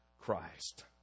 Christ